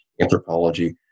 anthropology